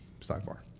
sidebar